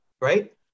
right